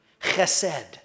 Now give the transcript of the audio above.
chesed